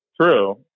True